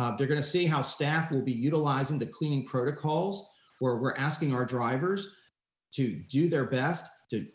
um they're gonna see how staff will be utilizing the cleaning protocols where we're asking our drivers to do their best to